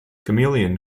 chameleon